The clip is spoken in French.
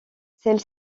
celle